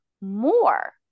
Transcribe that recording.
more